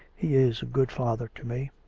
he is a good father to me.